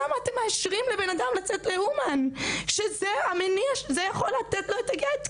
למה אתם מאשרים לבן אדם לצאת לאומן שזה יכול לתת לה את הגט?